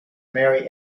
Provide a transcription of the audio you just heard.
marry